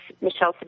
Michelle